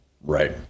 Right